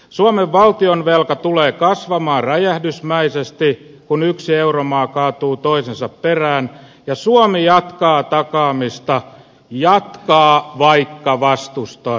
suomen valtionvelka tulee kasvamaan räjähdysmäisesti kun yksi euromaa kaatuu toisensa perään ja suomi jatkaa takaamista jatkaa vaikka vastustaisi